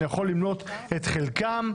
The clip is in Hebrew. אני יכול למנוע את חלקם,